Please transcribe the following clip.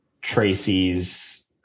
Tracy's